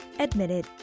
Admitted